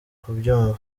kubyumva